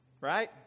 Right